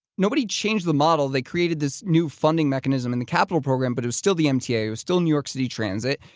nobody changed the model. they created this new funding mechanism in the capital program, but it was still the mta, it was still new york city transit,